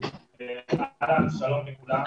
שלום לכולם.